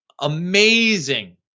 amazing